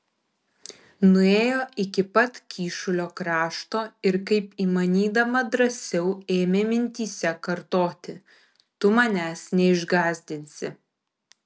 nuėjo iki pat kyšulio krašto ir kaip įmanydama drąsiau ėmė mintyse kartoti tu manęs neišgąsdinsi